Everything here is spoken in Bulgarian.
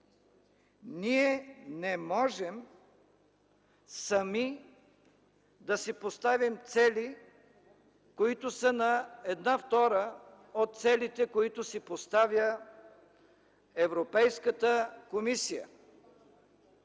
ние не можем сами да си поставяме цели, които са наполовина от целите, които си поставя Европейската комисия.